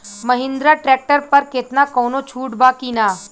Mahindra tractor पर केतना कौनो छूट बा कि ना?